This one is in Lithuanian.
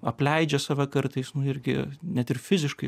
apleidžia save kartais nu irgi net ir fiziškai